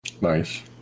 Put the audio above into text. Nice